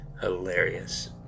Hilarious